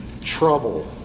trouble